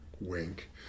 Wink